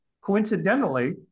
coincidentally